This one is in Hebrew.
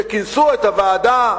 שכינסו את הוועדה,